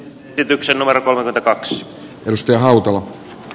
pyydyksen navarrolle brax nosti hautala